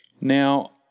now